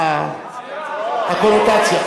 הקונוטציה.